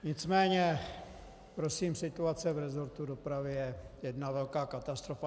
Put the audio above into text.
Nicméně prosím, situace v resortu dopravy je jedna velká katastrofa.